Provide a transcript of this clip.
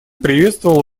приветствовала